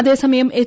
അതേസമയം എച്ച്